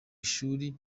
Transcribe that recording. ishuri